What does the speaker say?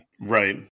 right